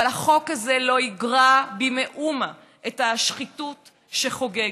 אבל החוק הזה לא יגרע במאומה את השחיתות שחוגגת,